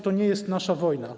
To nie jest nasza wojna.